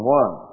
one